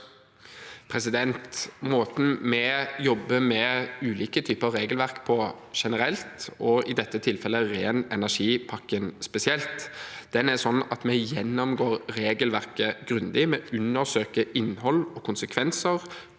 vi jobber med ulike typer regelverk på generelt, og i dette tilfellet ren energi-pakken spesielt, er at vi gjennomgår regelverket grundig, vi undersøker innhold og konsekvenser